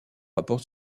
rapport